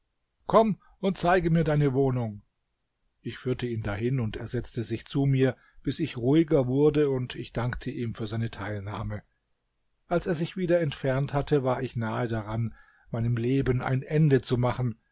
komm und zeige mir deine wohnung ich führte ihn dahin und er setzte sich zu mir bis ich ruhiger wurde und ich dankte ihm für seine teilnahme als er sich wieder entfernt hatte war ich nahe daran meinem leben ein ende zu machen